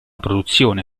produzione